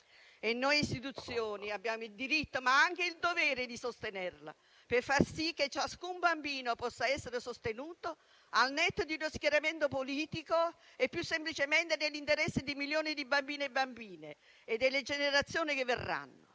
E noi istituzioni abbiamo il diritto, ma anche il dovere, di sostenerla, per far sì che ciascun bambino possa essere sostenuto al netto di uno schieramento politico e più semplicemente nell'interesse di milioni di bambini e bambine e delle generazioni che verranno.